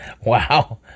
Wow